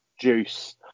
Juice